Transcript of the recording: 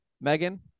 Megan